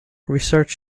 research